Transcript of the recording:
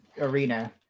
arena